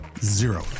zero